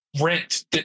rent